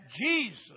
Jesus